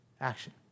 action